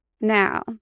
Now